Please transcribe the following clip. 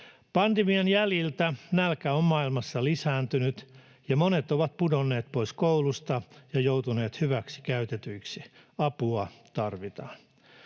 Pandemian jäljiltä nälkä on maailmassa lisääntynyt, ja monet ovat pudonneet pois koulusta ja joutuneet hyväksikäytetyiksi. Apua tarvitaan.